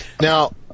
Now